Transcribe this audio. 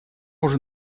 уже